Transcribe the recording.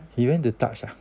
he went to touch ah